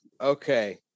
Okay